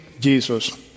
Jesus